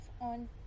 on